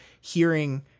hearing